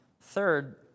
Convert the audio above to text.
Third